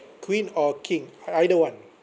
queen or king ei~ either one